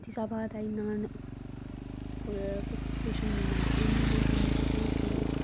इसदे बाद आई नान कोपरेशन मूवमेंट एह् मूवमेंट उन्नी सौ बीह् च शुरू